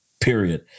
period